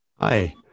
Hi